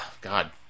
God